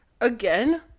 Again